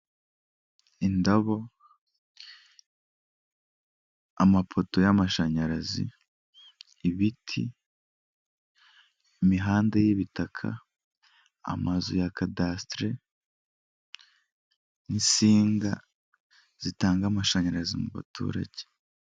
Indabo, amapoto y'amashanyarazi, ibiti, imihanda y'ibitaka, amazu ya kadasitere n'insinga zitanga amashanyarazi mu baturage.